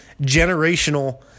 generational